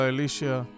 Elisha